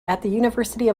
university